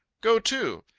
go to.